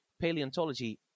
paleontology